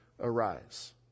arise